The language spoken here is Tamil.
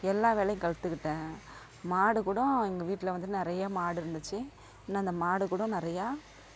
எல்லா வேலையும் கத்துக்கிட்டேன் மாடுகூடோ எங்கள் வீட்டில் வந்து நிறைய மாடு இருந்துச்சு இன்னும் அந்த மாடுகூடம் நிறையா